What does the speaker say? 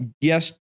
yes